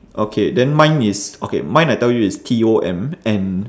okay then mine is okay mine I tell you is T O M and